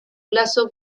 plazo